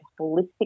holistic